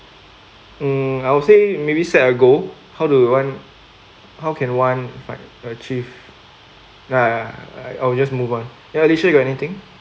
mm I would say maybe set a goal how do you want how can one find achieve ya ya oh I'll just move on ya be sure you got anything